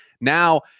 Now